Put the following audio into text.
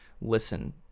listen